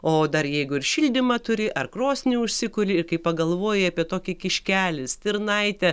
o dar jeigu ir šildymą turi ar krosnį užsikuri kai pagalvoji apie tokį kiškelį stirnaitę